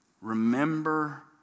Remember